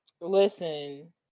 listen